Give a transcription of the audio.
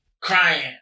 crying